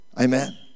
Amen